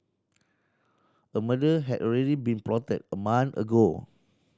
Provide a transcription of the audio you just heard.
a murder had already been plotted a month ago